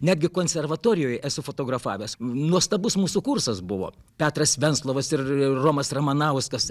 netgi konservatorijoj esu fotografavęs nuostabus mūsų kursas buvo petras venslovas ir ir romas ramanauskas